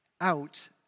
out